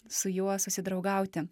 su juo susidraugauti